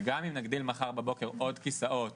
וגם אם נגדיל מחר בבוקר עוד כיסאות